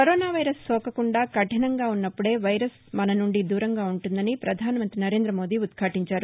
corona virus సోకకుండా కఠినంగా ఉన్నప్పుదే వైరస్ మన నుండి దూరంగా ఉంటుందని ప్రధానమంత్రి నరేంద్ర మోదీ ఉద్యాటించారు